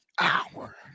hour